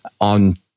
on